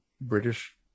British